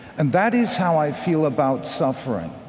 and that is how i feel about suffering.